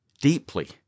deeply